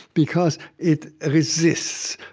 because it resists.